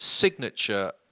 signature